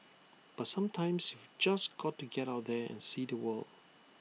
but sometimes you've just got to get out there and see the world